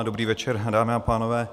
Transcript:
Dobrý večer, dámy a pánové.